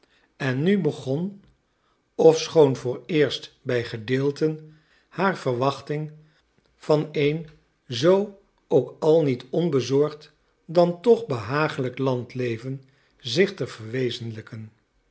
en nu begon ofschoon vooreerst bij gedeelten haar verwachting van een zoo ook al niet onbezorgd dan toch behagelijk landleven zich te verwezenlijken